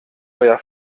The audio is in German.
euer